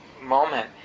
moment